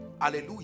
Hallelujah